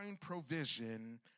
provision